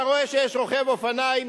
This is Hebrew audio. אתה רואה שיש רוכב אופניים,